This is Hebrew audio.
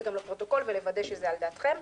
זה גם לפרוטוקול ולוודא שזה על דעתכם.